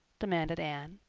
demanded anne.